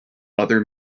other